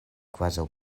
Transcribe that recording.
kvazaŭ